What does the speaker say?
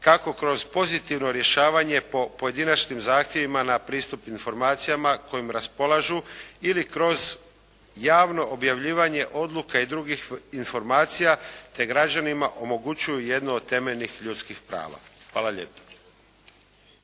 kako kroz pozitivno rješavanje po pojedinačnim zahtjevima na pristup informacijama kojim raspolažu ili kroz javno objavljivanje odluka i drugih informacija te građanima omogućuju jedno od temeljnih ljudskih prava. Hvala lijepa.